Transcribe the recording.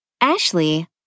Ashley